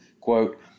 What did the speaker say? Quote